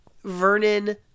Vernon